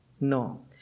No